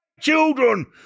children